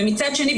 ומצד שני,